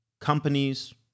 companies